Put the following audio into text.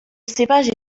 cépage